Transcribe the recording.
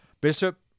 Bishop